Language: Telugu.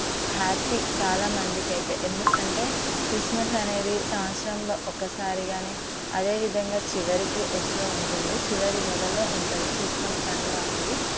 హ్యాపీ చాలామందికైతే ఎందుకంటే క్రిస్మస్ అనేది సంవత్సరంలో ఒకసారి కాని అదేవిధంగా చివరికి వస్తూ ఉంటుంది చివరి నెలలో ఉంటుంది క్రిస్మస్ పండుగ అనేది